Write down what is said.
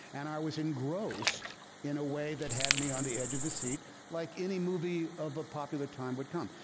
and i was engrossed in a way that had me on the edge of the seat like any movie of a popular time would come.